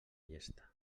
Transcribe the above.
llesta